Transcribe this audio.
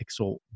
Pixel